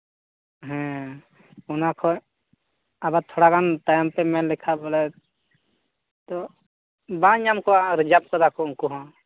ᱦᱮᱸ ᱚᱱᱟ ᱠᱷᱚᱱ ᱟᱵᱟᱨ ᱛᱷᱚᱲᱟ ᱜᱟᱱ ᱛᱟᱭᱚᱢ ᱛᱮ ᱢᱮᱱᱞᱮᱠᱷᱟᱱ ᱵᱚᱞᱮ ᱛᱚ ᱵᱟᱝ ᱧᱟᱢ ᱠᱚᱜᱼᱟ ᱨᱤᱡᱟᱨᱵᱷ ᱠᱟᱫᱟ ᱠᱚ ᱩᱱᱠᱩ ᱦᱚᱸ